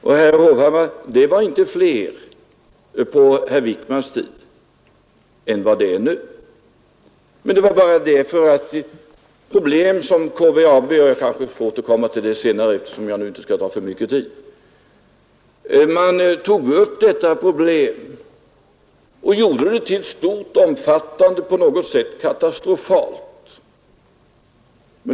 Det var inte större andel på herr Wickmans tid, herr Hovhammar, än vad det är nu. Problemen kring KVAB kanske jag får återkomma till senare, eftersom jag nu inte skall ta upp för mycket tid. Man beskrev detta fall som någonting katastrofalt.